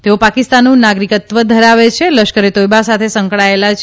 તેઓ પાકિસ્તાનનું નાગરિકત્વ ધરાવે છે અને લશ્કરે તોયબા સાથે સંકળાયેલા છે